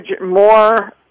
more